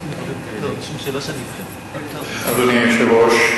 אדוני היושב-ראש,